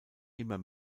immer